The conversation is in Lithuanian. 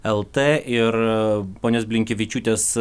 lt ir ponios blinkevičiūtės